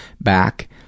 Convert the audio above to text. back